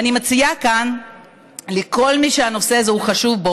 ואני מציעה כאן לכל מי שהנושא הזה חשוב לו